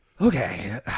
okay